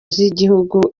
z’igihugu